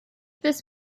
this